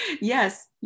Yes